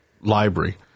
Library